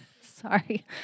Sorry